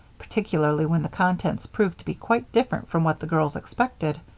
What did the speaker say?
particularly when the contents proved to be quite different from what the girls expected.